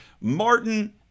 Martin